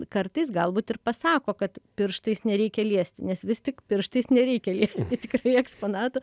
kartais galbūt ir pasako kad pirštais nereikia liesti nes vis tik pirštais nereikia liesti tikrai eksponatų